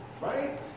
right